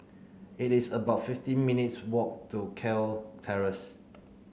it is about fifteen minutes' walk to Kew Terrace